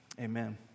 Amen